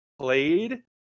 played